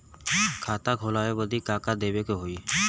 खाता खोलावे बदी का का देवे के होइ?